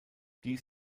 dies